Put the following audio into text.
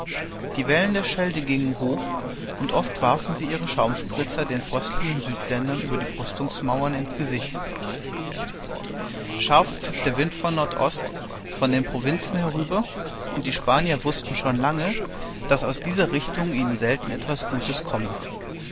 die wellen der schelde gingen hoch und oft warfen sie ihre schaumspritzen den fröstelnden südländern über die brüstungsmauern ins gesicht scharf pfiff der wind von nordost von den provinzen herüber und die spanier wußten schon lange daß aus der richtung ihnen selten etwas gutes komme